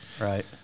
Right